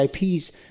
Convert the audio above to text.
IPs